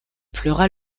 pleura